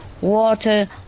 water